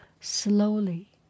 slowly